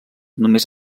només